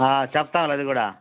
చెప్తాములే అదికూడా